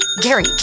Gary